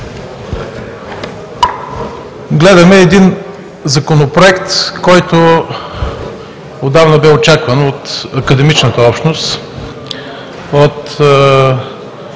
Гледаме законопроект, който отдавна бе очакван от академичната общност,